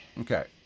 Okay